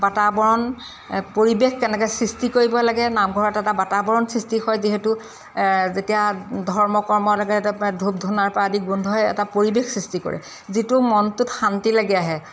বাতাৱৰণ পৰিৱেশ কেনেকৈ সৃষ্টি কৰিব লাগে নামঘৰত এটা বাতাৱৰণ সৃষ্টি হয় যিহেতু যেতিয়া ধৰ্ম কৰ্ম ধূপ ধূনাৰ পৰা আদি গোন্ধই এটা পৰিৱেশ সৃষ্টি কৰে যিটো মনটোত শান্তি লাগি আহে